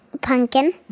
pumpkin